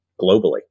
globally